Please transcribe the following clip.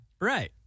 right